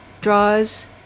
draws